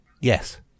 Yes